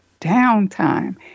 downtime